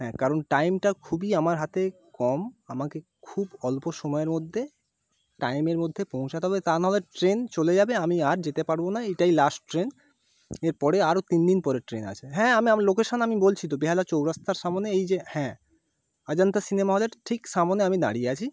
হ্যাঁ কারণ টাইমটা খুবই আমার হাতে কম আমাকে খুব অল্প সময়ের মধ্যে টাইমের মধ্যে পৌঁছাতে হবে তা নাহলে ট্রেন চলে যাবে আমি আর যেতে পারবো না এটাই লাস্ট ট্রেন এরপরে আরও তিন দিন পরের ট্রেন আছে হ্যাঁ আমি আমি লোকেশন আমি বলছি তো বেহালা চৌরাস্তার সামনে এই যে হ্যাঁ অজন্তা সিনেমা হলের ঠিক সামনে আমি দাঁড়িয়ে আছি